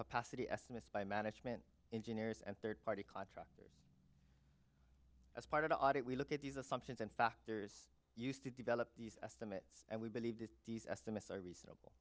capacity estimates by management engineers and third party contract as part of the audit we look at these assumptions and factors used to develop these estimates and we believe that these estimates are reasonable